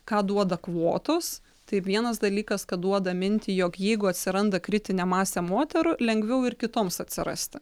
ką duoda kvotos tai vienas dalykas kad duoda mintį jog jeigu atsiranda kritinė masė moterų lengviau ir kitoms atsirasti